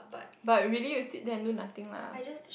but really you sit there and do nothing lah